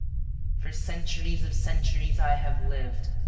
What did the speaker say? for centuries of centuries i have lived,